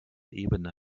ebene